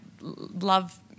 love